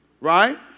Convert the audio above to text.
right